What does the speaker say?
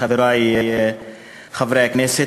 חברי חברי הכנסת,